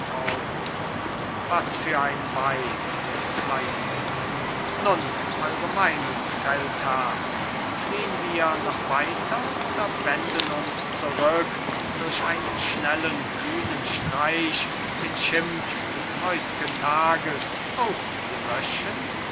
was für ein weib lionel nun eure meinung feldherrn fliehn wir noch weiter oder wenden uns zurück durch einen schnellen kühnen streich den schimpf des heutgen tages auszulöschen